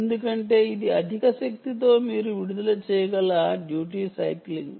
ఎందుకంటే ఇది అధిక శక్తితో మీరు విడుదల చేయగల డ్యూటీ సైక్లింగ్